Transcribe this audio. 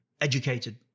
educated